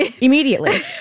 Immediately